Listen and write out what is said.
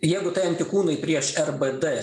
jeigu tai antikūnai prieš rbd